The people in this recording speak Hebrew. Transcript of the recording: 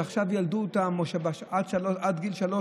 שעכשיו ילדו אותם או שעד גיל שלוש,